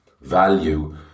value